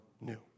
new